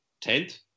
tenth